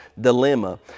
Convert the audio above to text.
Dilemma